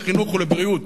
לחינוך ולבריאות?